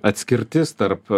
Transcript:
atskirtis tarp